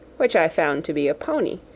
which i found to be a pony,